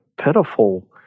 pitiful